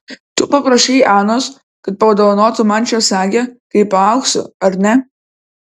tu paprašei anos kad padovanotų man šią sagę kai paaugsiu ar ne